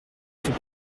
fait